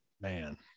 man